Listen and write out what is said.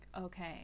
okay